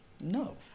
No